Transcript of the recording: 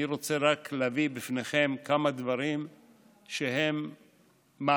אני רוצה רק להביא בפניכם כמה דברים שהם מעשיים.